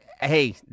hey